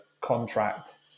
contract